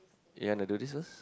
you wanna do this is